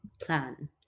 plan